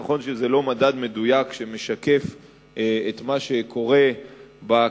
נכון שזה לא מדד מדויק שמשקף את מה שקורה בכלכלה,